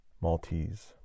Maltese